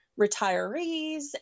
retirees